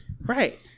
Right